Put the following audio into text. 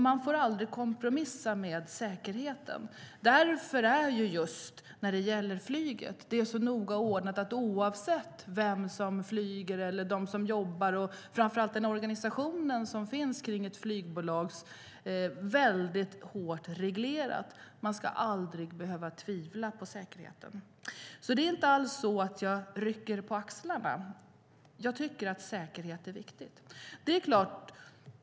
Man får aldrig kompromissa om säkerheten, och därför är flyget så hårt reglerat. Det gäller oavsett vem som flyger, oavsett vilka som jobbar. Framför allt är den organisation som finns runt ett flygbolag väldigt hårt reglerad. Man ska aldrig behöva tvivla på säkerheten. Det är inte alls så att jag rycker på axlarna åt det. Jag tycker att säkerheten är viktig.